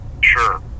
Sure